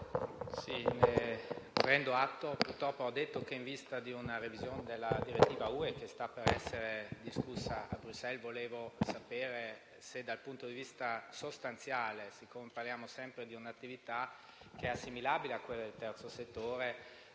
atto di quanto purtroppo ha detto. In vista di una revisione della direttiva europea che sta per essere discussa a Bruxelles, volevo sapere se, dal punto di vista sostanziale, dal momento che parliamo sempre di un'attività assimilabile a quelle del terzo settore,